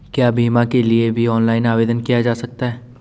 क्या बीमा के लिए भी ऑनलाइन आवेदन किया जा सकता है?